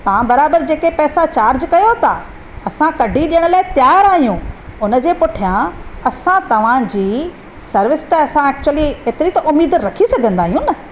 तव्हां बराबरि जेके पैसा चार्ज कयो था असां कॾहिं ॾियण लाइ तयार आहियूं हुनजे पुठियां असां तव्हांजी सर्विस त असां ऐक्चुअली हेतिरी त उमेद रखी सघंदा आहियूं न